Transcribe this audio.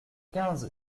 quinze